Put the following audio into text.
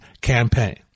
campaign